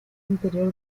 interior